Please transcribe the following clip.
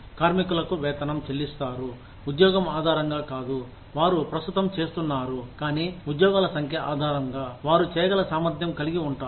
కార్మికులకు వేతనం చెల్లిస్తారు ఉద్యోగం ఆధారంగా కాదు వారు ప్రస్తుతం చేస్తున్నారు కానీ ఉద్యోగాల సంఖ్య ఆధారంగా వారు చేయగల సామర్థ్యం కలిగి ఉంటారు